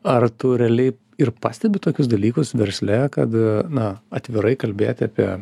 ar tu realiai ir pastebi tokius dalykus versle kad na atvirai kalbėti apie